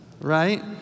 right